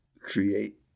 create